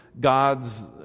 God's